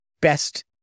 best